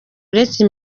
uretse